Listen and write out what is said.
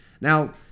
Now